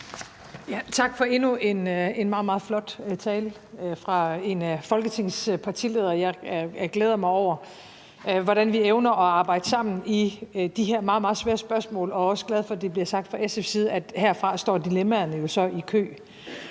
Tak for endnu en meget, meget flot tale fra en af Folketingets partiledere. Jeg glæder mig over, hvordan vi evner at arbejde sammen i de her meget, meget svære spørgsmål, og er også glad for, at det bliver sagt fra SF's side, at herfra står dilemmaerne jo så i kø.